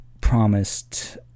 promised